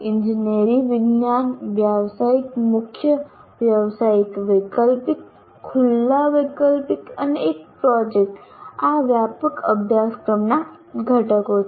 ઇજનેરી વિજ્ઞાનન વ્યાવસાયિક મુખ્ય વ્યાવસાયિક વૈકલ્પિક ખુલ્લા વૈકલ્પિક અને એક પ્રોજેક્ટ આ વ્યાપક અભ્યાસક્રમના ઘટકો છે